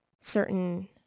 certain